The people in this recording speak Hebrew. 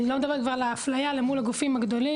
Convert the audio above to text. ואני כבר לא מדברת על האפליה למול הגופים הגדולים,